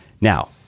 Now